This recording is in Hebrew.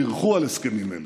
בירכו על הסכמים אלה.